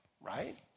right